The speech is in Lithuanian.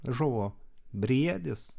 žuvo briedis